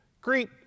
Greet